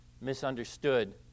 misunderstood